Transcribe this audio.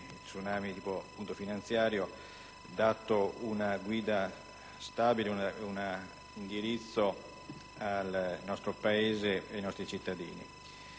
uno tsunami - in campo finanziario, ha dato una guida stabile e un indirizzo al nostro Paese e ai nostri cittadini.